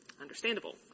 Understandable